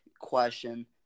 question